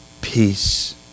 Peace